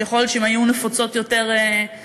שיכול להיות שאם היו נפוצות יותר באזורנו,